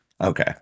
Okay